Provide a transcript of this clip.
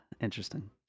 interesting